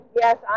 yes